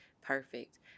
perfect